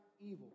evil